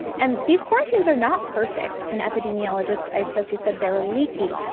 and these quarantines are not perfect. an epidemiologist i spoke to said they are leaky.